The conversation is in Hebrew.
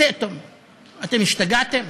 אתם השתגעתם?